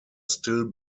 still